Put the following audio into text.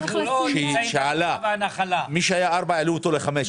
את מי שהיה ארבע העלו לחמש.